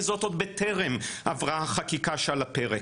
וזאת עוד בטרם עברה החקיקה שעל הפרק.